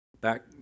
Back